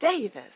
Davis